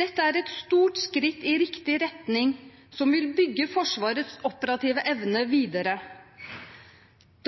Dette er et stort skritt i riktig retning, som vil bygge Forsvarets operative evne videre.